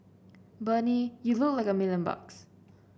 Bernie you look like a million bucks